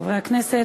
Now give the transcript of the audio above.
חברי הכנסת,